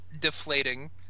deflating